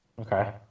Okay